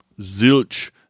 Zilch